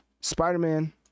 spider-man